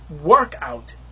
workout